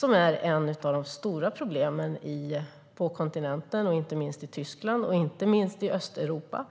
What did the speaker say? Det är ett av de stora problemen på kontinenten, i Tyskland och inte minst i Östeuropa.